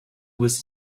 was